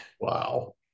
Wow